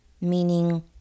meaning